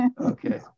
Okay